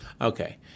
Okay